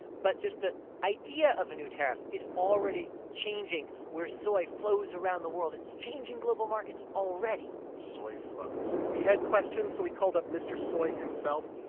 but just the idea of a new tariff is already changing where soy flows around the world. it's changing global markets already soy flows. we had questions, so we called up mr. soy himself.